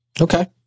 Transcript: Okay